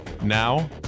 Now